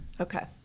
Okay